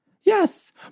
Yes